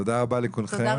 תודה רבה לכולכם.